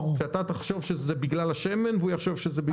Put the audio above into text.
ואתה תחשוב שזה בגלל השמן והוא יחשוב שזה בגלל ההפעלה.